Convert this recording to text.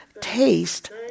taste